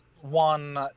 One